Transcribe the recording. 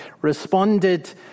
responded